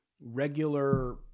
regular